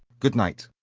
good night.